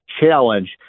challenge